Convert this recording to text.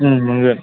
मोनगोन